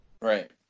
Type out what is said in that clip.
Right